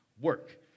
work